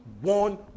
one